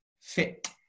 fit